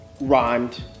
rhymed